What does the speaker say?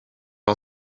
are